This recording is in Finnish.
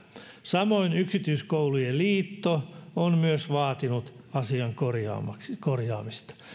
samoin yksityiskoulujen liitto on myös vaatinut asian korjaamista